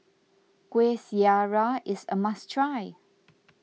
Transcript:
Kueh Syara is a must try